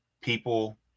People